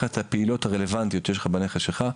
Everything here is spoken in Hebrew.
את הפעילויות הרלוונטיות שיש לך בכנס שלך.